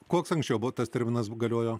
koks anksčiau buvo tas terminas galiojo